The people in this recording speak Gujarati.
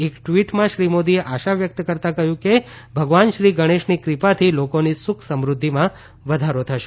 એક ટવીટમાં શ્રી મોદીએ આશા વ્યકત કરતા કહયું છે કે ભગવાન શ્રી ગણેશની દૃપાથી લોકોની સુખ સમૃઘ્ઘિમાં વધારો થશે